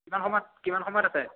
কিমান সময়ত কিমান সময়ত আছে